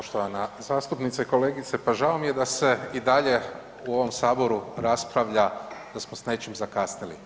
Poštovana zastupnice i kolegice, pa žao mi je da se i dalje u ovom Saboru raspravlja da smo s nečim zakasnili.